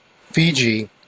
Fiji